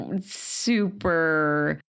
super